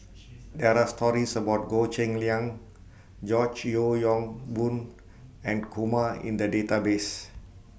There Are stories about Goh Cheng Liang George Yeo Yong Boon and Kumar in The Database